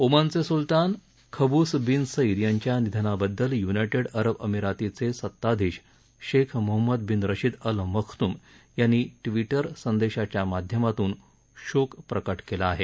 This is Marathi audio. ओमानचे सुलतान खबूस बिन सईद यांच्या निधनाबद्दल युनायटेड अरब अमिरातीचे सत्ताधीश Sheikh Mohammed bin Rashid Al Maktoum यांनी ट्विटर संदेशाच्या माध्यमातून शोक प्रकट केला आहे